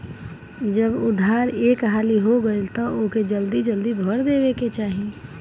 जब उधार एक हाली हो गईल तअ ओके जल्दी जल्दी भर देवे के चाही